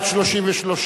שם החוק נתקבל.